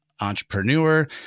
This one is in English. entrepreneur